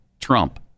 Trump